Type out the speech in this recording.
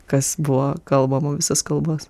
kas buvo kalbama visas kalbas